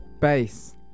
bass